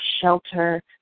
shelter